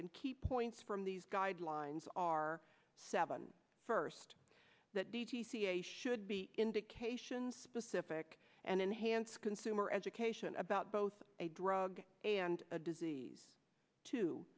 and key points from these guidelines are seven first that d g c a should be indications specific and enhance consumer education about both a drug and a disease t